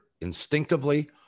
instinctively